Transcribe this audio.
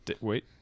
wait